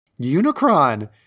Unicron